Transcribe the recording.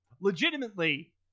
legitimately